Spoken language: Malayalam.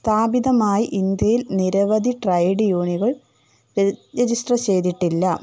സ്ഥാപിതമായി ഇന്ത്യയിൽ നിരവധി ട്രേഡ് യൂണിയനുകൾ രജിസ്റ്റർ ചെയ്തിട്ടില്ല